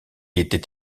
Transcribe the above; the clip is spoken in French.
était